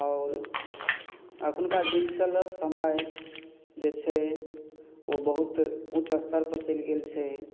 आओर अखुनका डिजिटलक समय जे छै ओ बहुत उच्च स्तर पर चलि गेल छै